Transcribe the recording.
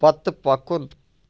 پتہٕ پکُن